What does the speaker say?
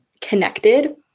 connected